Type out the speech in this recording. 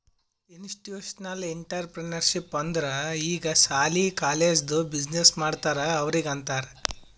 institutional entrepreneurship ಅಂದುರ್ ಈಗ ಸಾಲಿ, ಕಾಲೇಜ್ದು ಬಿಸಿನ್ನೆಸ್ ಮಾಡ್ತಾರ ಅವ್ರಿಗ ಅಂತಾರ್